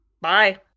Bye